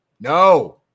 No